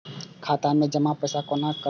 खाता मैं जमा पैसा कोना कल